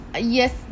Yes